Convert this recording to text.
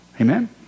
amen